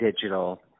digital